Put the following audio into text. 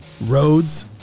Roads